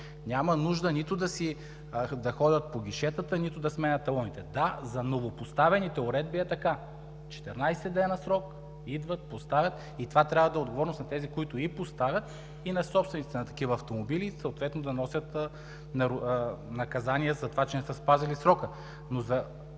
Няма нужда нито да ходят по гишетата, нито да сменят талоните. Да, за новопоставените уредби е така – 14 дни срок, идват, поставят. Това трябва да е отговорност и на тези, които поставят, и на собствениците на такива автомобили съответно да носят наказание за това, че не са спазили срока.